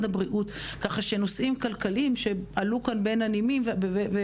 הבריאות כך שנושאים כלכליים שעלו בשיחה,